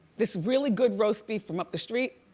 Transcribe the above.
this really good roast beef from up the street.